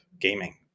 gaming